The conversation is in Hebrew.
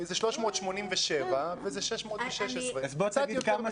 זה 387 וזה 616. חבר'ה,